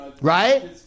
Right